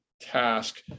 task